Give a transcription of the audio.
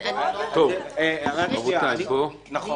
רבותיי, רגע.